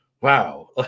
wow